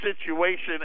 situation